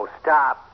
stop